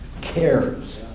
cares